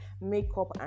makeup